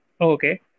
Okay